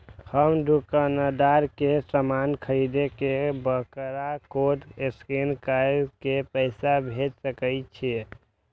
हम दुकानदार के समान खरीद के वकरा कोड स्कैन काय के पैसा भेज सके छिए?